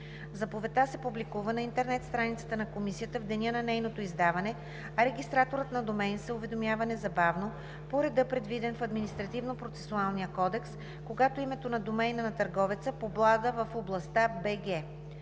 Заповедта се публикува на интернет страницата на комисията в деня на нейното издаване, а регистраторът на домейн се уведомява незабавно, по реда, предвиден в Административнопроцесуалния кодекс, когато името на домейна на търговеца попада в областта